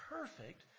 perfect